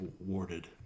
awarded